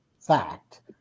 fact